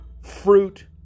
fruit